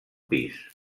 pis